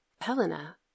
helena